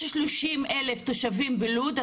יש 30 אלף תושבים בלוד,